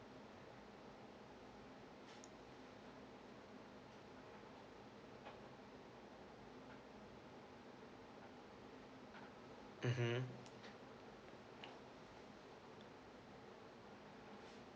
mmhmm